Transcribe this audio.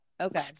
Okay